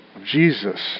jesus